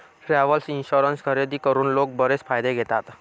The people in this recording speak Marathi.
ट्रॅव्हल इन्शुरन्स खरेदी करून लोक बरेच फायदे घेतात